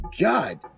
God